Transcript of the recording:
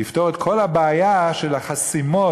יפתור את כל הבעיה של החסימות